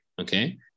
okay